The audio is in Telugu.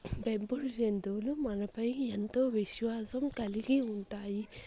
పెంపుడు జంతువులు మనపై ఎంతో విశ్వాసం కలిగి ఉంటాయి